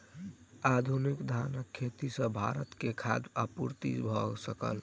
आधुनिक धानक खेती सॅ भारत के खाद्य आपूर्ति भ सकल